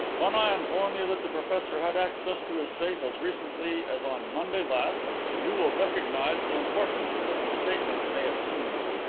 when i inform you that the professor had access to his safe as recently as on monday last you will recognize the importance that the statement may assume.